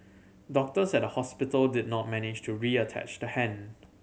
doctors at the hospital did not manage to reattach the hand